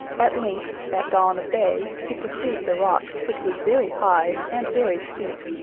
at length, at dawn of day, he perceived the rock, which was very high and very steep,